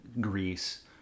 Greece